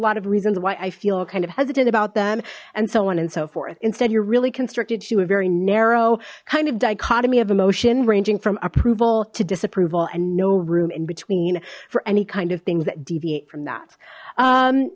lot of reasons why i feel kind of hesitant about them and so on and so forth instead you're really constricted to a very narrow kind of dichotomy of emotion ranging from approval to disapproval and no room in between for any kind of things that deviate from that